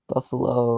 Buffalo